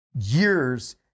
years